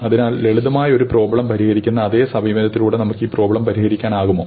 അതിനാൽ ലളിതമായ ഒരു പ്രോബ്ളം പരിഹരിക്കുന്ന അതേ സമീപനത്തിലൂടെ നമുക്ക് ഈ പ്രോബ്ളം പരിഹരിക്കാനാകുമോ